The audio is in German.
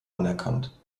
anerkannt